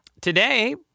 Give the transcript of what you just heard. Today